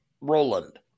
Roland